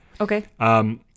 okay